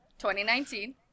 2019